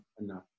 enough